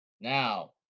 Now